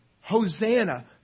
Hosanna